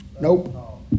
Nope